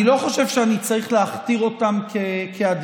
אני לא חושב שאני צריך להכתיר אותם כאדמו"ר.